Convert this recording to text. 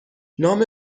نام